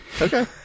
Okay